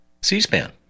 C-SPAN